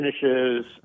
finishes